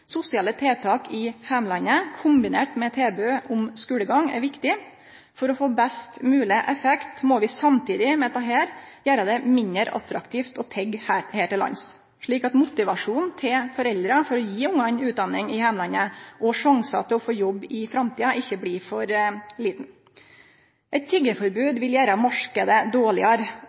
Sosiale tiltak i heimlandet – kombinert med tilbod om skulegang – er viktig. For å få best mogleg effekt må vi samtidig med dette gjere det mindre attraktivt å tigge her til lands, slik at motivasjonen til foreldra for å gje ungane utdanning i heimlandet – og dermed sjansar til å få jobb i framtida – ikkje blir for liten. Eit tiggeforbod vil gjere marknaden dårlegare.